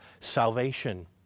salvation